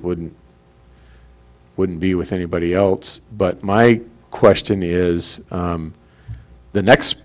wouldn't wouldn't be with anybody else but my question is the next